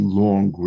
long